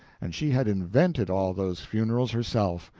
and she had invented all those funerals herself,